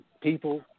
people